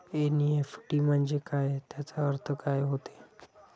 NEFT म्हंजे काय, त्याचा अर्थ काय होते?